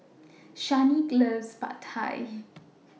Shanequa loves Pad Thai